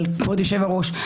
כבוד יושב-הראש,